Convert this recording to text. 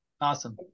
Awesome